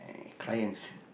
clients